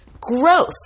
Growth